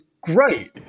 great